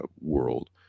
world